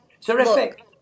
Terrific